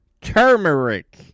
turmeric